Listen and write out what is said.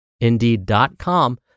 Indeed.com